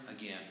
again